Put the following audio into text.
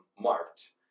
Marked